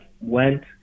went